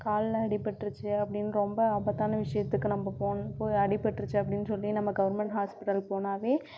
காலில் அடிபட்டுருச்சு அப்டின்னு ரொம்ப ஆபத்தான விஷயத்துக்கு நம்ம போனோம் போய் அடிபட்டுருச்சு அப்டின்னு சொல்லி நம்ம கவர்மெண்ட் ஹாஸ்ப்பிட்டல் போனாலே